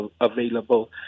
available